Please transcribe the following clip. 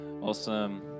awesome